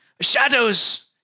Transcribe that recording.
Shadows